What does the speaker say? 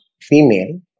female